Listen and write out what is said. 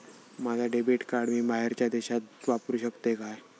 माझा debit card मी बाहेरच्या देशात वापरू शकतय काय?